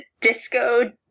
disco